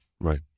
Right